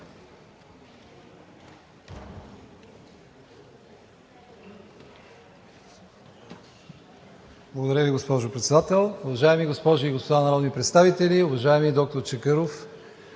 Благодаря Ви, госпожо Председател. Уважаеми госпожи и господа народни представители! Уважаеми доктор Чакъров,